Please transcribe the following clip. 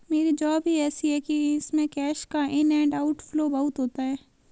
मेरी जॉब ही ऐसी है कि इसमें कैश का इन एंड आउट फ्लो बहुत होता है